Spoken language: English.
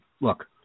look